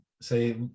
say